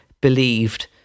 believed